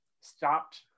stopped